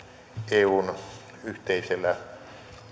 eun yhteisellä